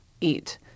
eat